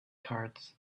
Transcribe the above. cards